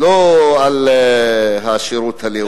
ולא על השירות הלאומי.